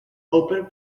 open